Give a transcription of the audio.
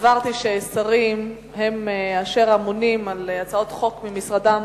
סברתי ששרים הם אשר אמונים על הצעות חוק ממשרדם,